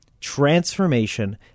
transformation